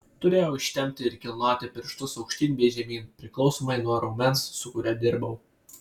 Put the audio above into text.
turėjau ištempti ir kilnoti pirštus aukštyn bei žemyn priklausomai nuo raumens su kuriuo dirbau